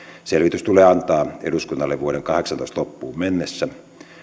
selvitys tulee antaa eduskunnalle vuoden kahdeksantoista loppuun mennessä